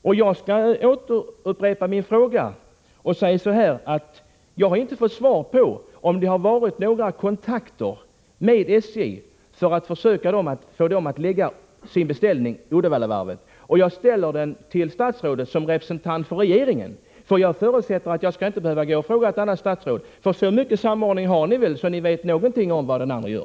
Jag kanske skall upprepa min fråga, eftersom jag inte har fått svar på den — om det har varit några kontakter med SJ för att försöka få företaget att göra sin beställning vid Uddevallavarvet. Jag ställer min fråga till industriministern som representant för regeringen. Jag förutsätter att jag inte skall behöva fråga ett annat statsråd. Ni har väl så mycket samordning i regeringen att ni vet någonting om vad var och en gör.